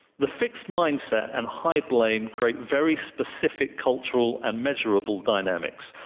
the fixed mindset and high blame create very specific cultural and measurable dynamics,